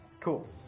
Cool